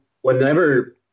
whenever